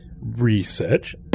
research